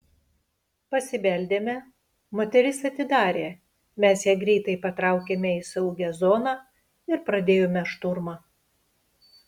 pasibeldėme moteris atidarė mes ją greitai patraukėme į saugią zoną ir pradėjome šturmą